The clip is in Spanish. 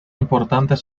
importantes